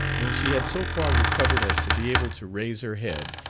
when she had so far recovered as to be able to raise her head,